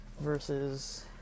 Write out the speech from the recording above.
Versus